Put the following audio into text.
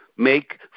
make